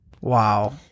Wow